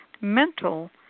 mental